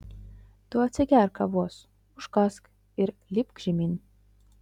tu atsigerk kavos užkąsk ir lipk žemyn